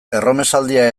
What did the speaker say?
erromesaldia